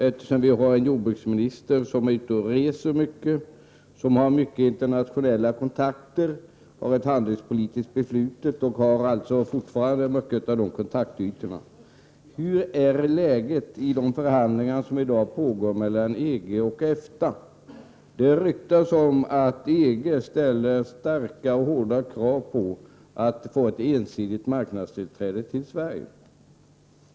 Eftersom vi har en jordbruksminister som är ute och reser mycket, som har många internationella kontakter, som har ett handelspolitiskt förflutet och alltså fortfarande har tillgång till mycket av dessa kontaktytor skulle jag vilja fråga: Hur är läget i de förhandlingar som i dag pågår mellan EG och EFTA? Det ryktas att EG ställer hårda krav på att få ett ensidigt marknadstillträde till Sverige.